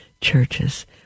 churches